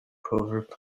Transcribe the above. proverb